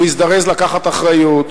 הוא הזדרז לקחת אחריות,